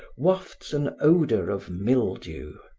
wafts an odor of mildew.